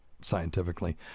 scientifically